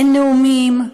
אין נאומים,